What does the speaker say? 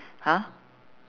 !huh!